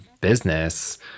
business